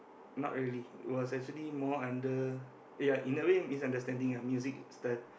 not really it was actually more under ya in a way misunderstanding ah music style